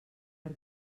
per